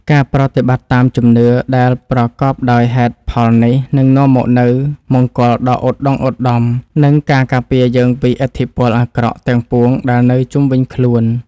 ការប្រតិបត្តិតាមជំនឿដែលប្រកបដោយហេតុផលនេះនឹងនាំមកនូវមង្គលដ៏ឧត្តុង្គឧត្តម និងការការពារយើងពីឥទ្ធិពលអាក្រក់ទាំងពួងដែលនៅជុំវិញខ្លួន។